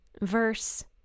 verse